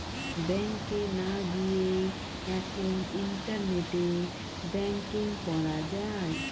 ব্যাংকে না গিয়েই এখন ইন্টারনেটে ব্যাঙ্কিং করা যায়